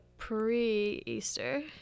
pre-easter